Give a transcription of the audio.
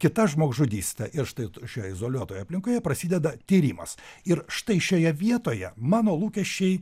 kita žmogžudystė ir štai šioj izoliuotoje aplinkoje prasideda tyrimas ir štai šioje vietoje mano lūkesčiai